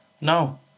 No